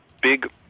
big